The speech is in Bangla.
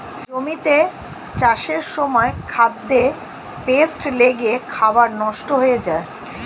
জমিতে চাষের সময় খাদ্যে পেস্ট লেগে খাবার নষ্ট হয়ে যায়